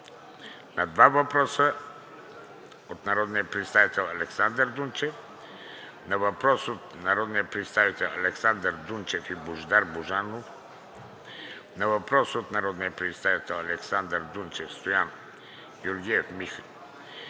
на два въпроса от народния представител Александър Дунчев, на въпрос от народните представители Александър Дунчев и Божидар Божанов; на въпрос от народните представители Александър Дунчев, Стоян Георгиев, Михал